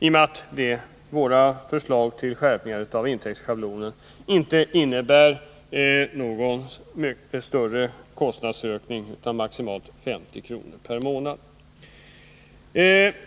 i och med att våra förslag till skärpningar av intäktschablonen inte innebär någon mycket större kostnadsökning utan en ökning med maximalt 50 kr. per månad för dessa.